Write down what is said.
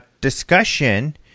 discussion